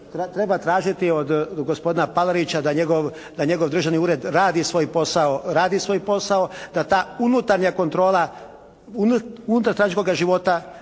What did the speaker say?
Treba tražiti od gospodina Palarića da njegov državni ured radi svoj posao, radi svoj posao. Da ta unutarnja kontrola, unutarstranačkoga života